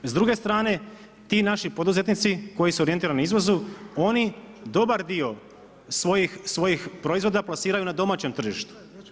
S druge strane, ti naši poduzetnici koji su orijentirani na izvozu, oni dobar dio svojih proizvoda plasiraju na domaćem tržištu.